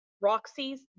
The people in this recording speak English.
Roxy's